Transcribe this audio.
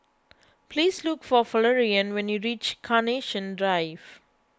please look for Florian when you reach Carnation Drive